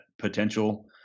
potential